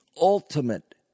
ultimate